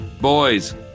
Boys